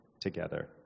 together